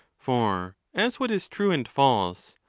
for as what is true and false,